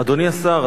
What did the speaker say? אדוני השר,